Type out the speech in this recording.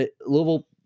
Louisville